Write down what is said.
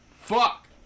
Fuck